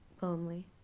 Lonely